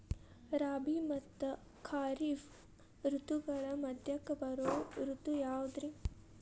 ರಾಬಿ ಮತ್ತ ಖಾರಿಫ್ ಋತುಗಳ ಮಧ್ಯಕ್ಕ ಬರೋ ಋತು ಯಾವುದ್ರೇ?